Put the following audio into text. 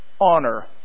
honor